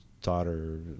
daughter